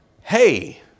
hey